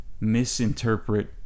misinterpret